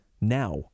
now